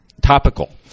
topical